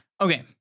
Okay